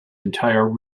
entire